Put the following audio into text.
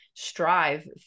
strive